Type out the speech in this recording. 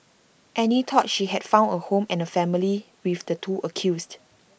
Annie thought she had found A home and A family with the two accused